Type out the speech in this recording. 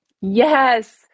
Yes